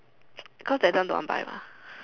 cause that time don't want buy mah